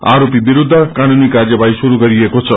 आरोपी विरूद्ध कानूनी कार्यवाही शुरू गरिएको छ